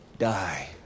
die